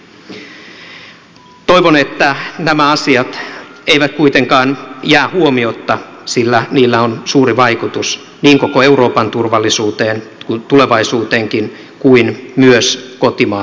toivon että nämä asiat eivät kuitenkaan jää huomiotta sillä niillä on suuri vaikutus niin koko euroopan turvallisuuteen kuin tulevaisuuteenkin kuten myös kotimaamme turvallisuuteen